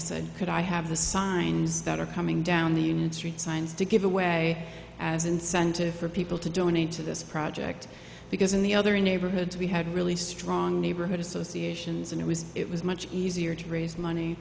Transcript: said could i have the signs that are coming down the union street signs to give away as incentive for people to donate to this project because in the other neighborhoods we had really strong neighborhood associations and it was it was much easier to raise money